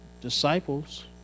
disciples